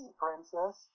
princess